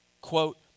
quote